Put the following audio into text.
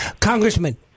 Congressman